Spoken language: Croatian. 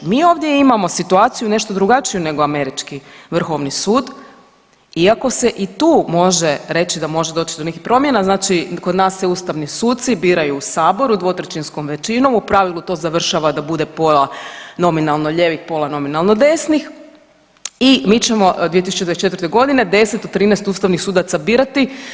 Mi ovdje imamo situaciju nešto drugačiju nego američki Vrhovni sud iako se i tu može reći da može doći do nekih promjena, znači kod nas se ustavni suci biraju u Saboru dvotrećinskom većinom, u pravilu to završava da bude pola nominalno lijevih, pola nominalno desnih i mi ćemo 2024. g. 10 od 13 ustavnih sudaca birati.